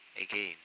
again